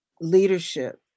leadership